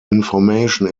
information